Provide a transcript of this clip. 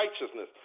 righteousness